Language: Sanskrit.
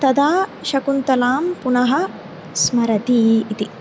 तदा शकुन्तलां पुनः स्मरति इति